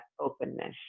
openness